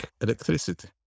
electricity